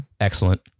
Excellent